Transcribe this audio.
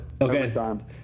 Okay